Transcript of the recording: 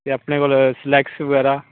ਅਤੇ ਆਪਣੇ ਕੋਲ ਸਲੈਕਸ ਵਗੈਰਾ